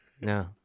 No